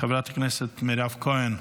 חברת הכנסת מירב כהן,